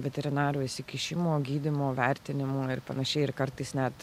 veterinaro įsikišimo gydymo vertinimo ir panašiai ir kartais net